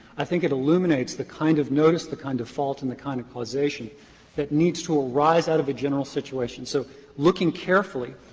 i think it illuminates the kind of notice, the kind of fault, and the kind of causation that needs to arise out of a general situation. so looking carefully,